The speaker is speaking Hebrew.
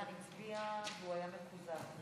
גדי יברקן הצביע והוא היה מקוזז.